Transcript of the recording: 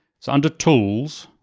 so under tools,